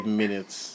minutes